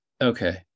okay